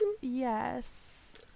yes